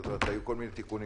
היו כל מיני תיקונים.